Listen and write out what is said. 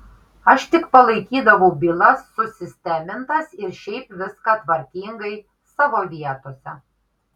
aš tik palaikydavau bylas susistemintas ir šiaip viską tvarkingai savo vietose